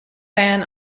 ban